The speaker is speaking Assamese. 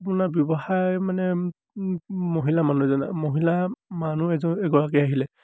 আপোনাৰ ব্যৱসায় মানে মহিলা মানুহ এজনে মহিলা মানুহ এজন এগৰাকী আহিলে